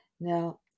Now